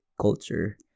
culture